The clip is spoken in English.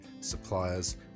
suppliers